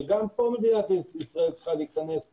שגם פה מדינת ישראל צריכה להיכנס לעניין.